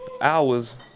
hours